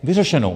Vyřešeno.